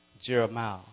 Jeremiah